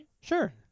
Sure